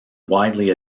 widely